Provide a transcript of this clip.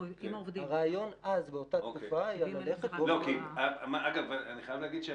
הרעיון אז באותה תקופה היה ללכת באופן רנדומלי.